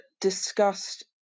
discussed